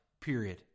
period